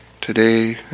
today